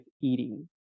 eating